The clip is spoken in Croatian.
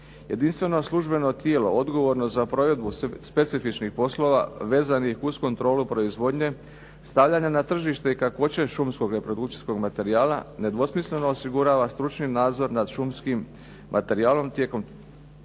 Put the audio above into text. Jedinstveno službeno tijelo odgovorno za provedbu specifičnih poslova vezanih uz kontrolu proizvodnje, stavljanja na tržište i kakvoće šumskog reprodukcijskog materijala, nedvosmisleno osigurava stručni nadzor nad šumskim materijalom tijekom čitavoga